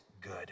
good